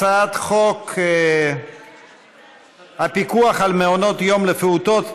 הצעת חוק הפיקוח על מעונות יום לפעוטות,